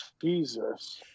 Jesus